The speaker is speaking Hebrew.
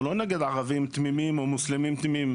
הוא לא נגד ערבים תמימים או מוסלמים תמימים.